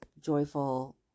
joyful